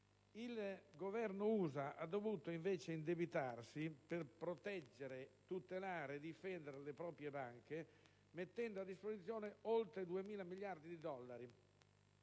Il Governo statunitense ha dovuto invece indebitarsi per proteggere, tutelare, difendere le proprie banche, mettendo a disposizione oltre 2.000 miliardi di dollari;